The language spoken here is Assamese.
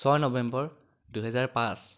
ছয় নৱেম্বৰ দুহেজাৰ পাঁচ